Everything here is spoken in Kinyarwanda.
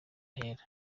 ahera